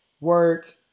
work